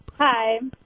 Hi